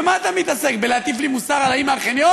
במה אתה מתעסק, להטיף לי מוסר על ההיא מהחניון?